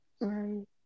right